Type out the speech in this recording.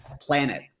planet